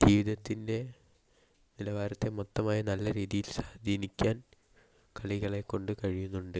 ജീവിതത്തിൻ്റെ നിലവാരത്തെ മൊത്തമായി നല്ല രീതിയിൽ സ്വാധീനിക്കാൻ കളികളെക്കൊണ്ട് കഴിയുന്നുണ്ട്